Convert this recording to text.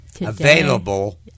available